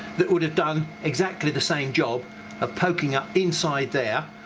that would have done exactly the same job of poking up inside there,